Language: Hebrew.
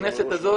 הכנסת הזאת,